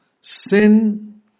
Sin